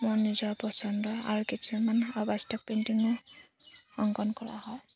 মোৰ নিজৰ পচন্দ আৰু কিছুমান অবাস্তৱ পেইণ্টিঙো অংকন কৰা হয়